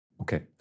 Okay